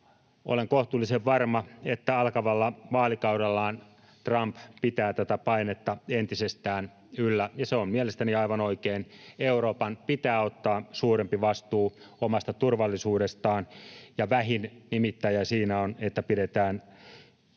Olen kohtuullisen varma, että alkavalla vaalikaudellaan Trump pitää tätä painetta entisestään yllä, ja se on mielestäni aivan oikein. Euroopan pitää ottaa suurempi vastuu omasta turvallisuudestaan, ja vähin nimittäjä siinä on, että pidetään